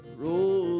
roll